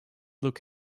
look